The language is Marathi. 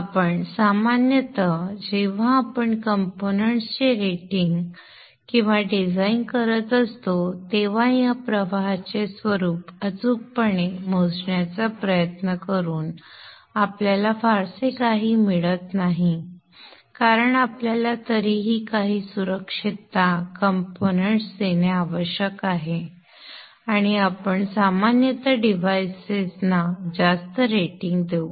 आपण सामान्यत जेव्हा आपण कंपोनेंट्स चे रेटिंग किंवा डिझाइन करत असतो तेव्हा या प्रवाहाचे स्वरूप अचूकपणे मोजण्याचा प्रयत्न करून आपल्याला फारसे काही मिळत नाही कारण आपल्याला तरीही काही सुरक्षितता कंपोनेंट्स देणे आवश्यक आहे आणि आपण सामान्यत डिव्हाइसेसना जास्त रेटिंग देऊ